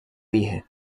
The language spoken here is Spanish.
dije